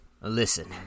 Listen